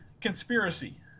conspiracy